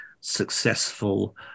successful